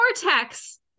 vortex